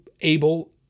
able